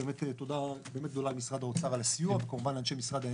ובאמת תודה גדולה למשרד האוצר על הסיוע וכמובן לאנשי משרד האנרגיה.